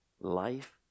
life